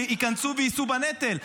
שייכנסו ויישאו בנטל.